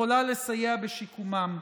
יכולה לסייע בשיקומם.